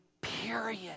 period